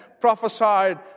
prophesied